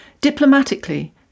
Diplomatically